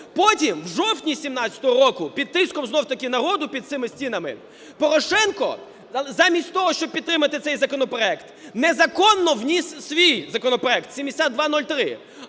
Потім в жовтні 17-го року під тиском знову-таки народу під цими стінами Порошенко замість того, щоб підтримати цей законопроект, незаконно вніс свій законопроект 7203,